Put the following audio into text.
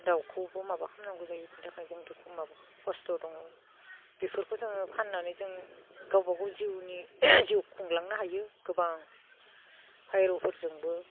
दाउखौबो माबा खालामनांगौ जायो बेनि थाखाय दुखु माबा कस्त' दङ बेफोरखौ जोङो फाननानै जों गावबा गाव जिउनि जिउ खुंलांनो हायो गोबां फारौफोरजोंबो